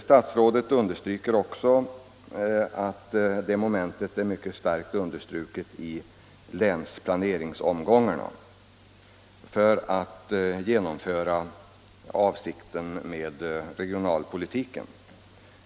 Statsrådet framhåller också att det momentet är mycket starkt understruket i länsplaneringsomgångarna för att genomföra avsikten med regionalpolitiken.